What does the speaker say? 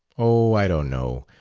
oh, i don't know.